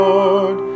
Lord